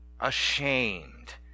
ashamed